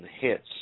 hits